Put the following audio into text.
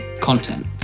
content